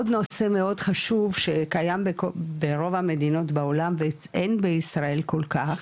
עוד נושא מאוד חשוב שקיים ברוב המדינות בעולם ואין בישראל כל כך,